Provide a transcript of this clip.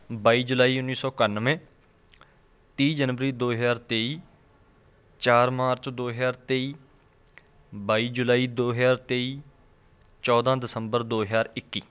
ਬਾਈ ਜੁਲਾਈ ਉੱਨੀ ਸੌ ਇਕਾਨਵੇਂ ਤੀਹ ਜਨਵਰੀ ਦੋ ਹਜ਼ਾਰ ਤੇਈ ਚਾਰ ਮਾਰਚ ਦੋ ਹਜ਼ਾਰ ਤੇਈ ਬਾਈ ਜੁਲਾਈ ਦੋ ਹਜ਼ਾਰ ਤੇਈ ਚੌਦਾਂ ਦਸੰਬਰ ਦੋ ਹਜ਼ਾਰ ਇੱਕੀ